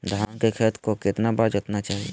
धान के खेत को कितना बार जोतना चाहिए?